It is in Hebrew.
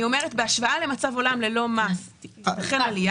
אומרת בהשוואה למצב עולם ללא מס תחול עלייה.